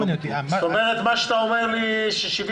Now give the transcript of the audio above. אתה אומר לי שאם